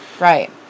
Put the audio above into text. right